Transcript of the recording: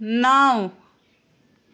نَو